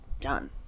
done